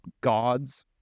God's